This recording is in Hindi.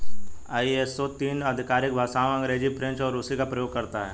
आई.एस.ओ तीन आधिकारिक भाषाओं अंग्रेजी, फ्रेंच और रूसी का प्रयोग करता है